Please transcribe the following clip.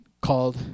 called